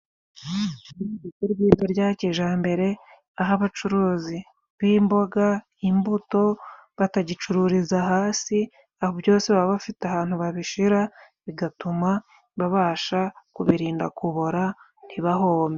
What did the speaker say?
Isoko ryiza rya kijyambere, aho abacuruzi b'imboga, imbuto batagicururiza hasi, aho byose baba bafite ahantu babishyira, bigatuma babasha kubirinda kubora ntibahombe.